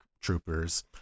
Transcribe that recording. Troopers